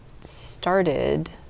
started